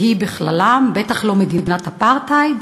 והיא בכללם, ובטח לא מדינת אפרטהייד.